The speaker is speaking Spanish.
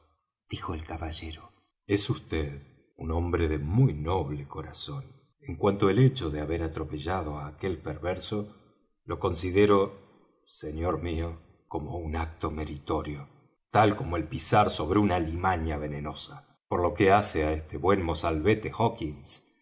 dijo el caballero es vd un hombre de muy noble corazón en cuanto al hecho de haber atropellado á aquel perverso lo considero señor mío como un acto meritorio tal como el pisar sobre una alimaña venenosa y por lo que hace á este buen mozalbete hawkins